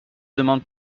demande